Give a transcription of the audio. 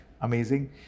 amazing